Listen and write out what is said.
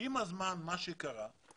הזמן מה שקרה זה